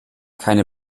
keine